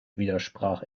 widersprach